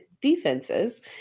defenses